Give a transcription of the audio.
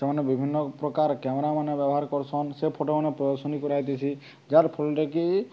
ସେମାନେ ବିଭିନ୍ନ ପ୍ରକାର କ୍ୟାମେରାମାନେ ବ୍ୟବହାର କରୁସନ୍ ସେ ଫଟୋମାନେ ପ୍ରଦର୍ଶନ କରାଇଥିସି ଯାର୍ ଫଳରେ କି